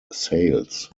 sales